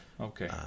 Okay